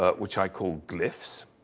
ah which i call glyphs.